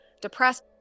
depressed